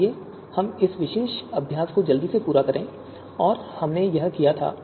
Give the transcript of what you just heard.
आइए हम इस विशेष अभ्यास को जल्दी से पूरा करें जो हमने किया था